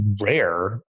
rare